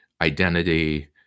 identity